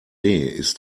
ist